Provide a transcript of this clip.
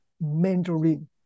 Mandarin